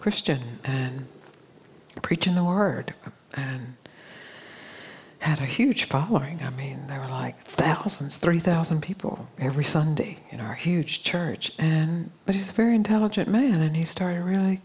christian preaching the word had a huge following i mean they were like thousands three thousand people every sunday in our huge church and but he's very intelligent man and he started really